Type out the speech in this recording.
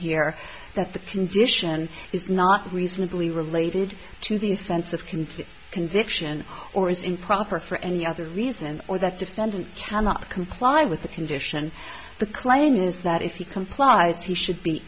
here that the condition is not reasonably related to the offense of can to the conviction or is improper for any other reason or that defendant cannot comply with the condition the claim is that if he complies he should be